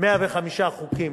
105 חוקים,